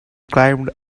climbed